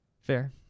fair